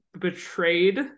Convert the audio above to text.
betrayed